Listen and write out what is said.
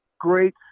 great